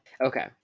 Okay